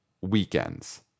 weekends